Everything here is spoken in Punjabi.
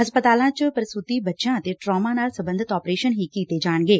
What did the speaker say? ਹਸਪਤਾਲਾਂ ਚ ਪ੍ਰਸੂਤੀ ਬੱਚਿਆਂ ਅਤੇ ਟਰੋਮਾ ਨਾਲ ਸਬੰਧਤ ਆਪਰੇਸ਼ਨ ਹੀ ਕੀਤੇ ਜਾਣਗੇ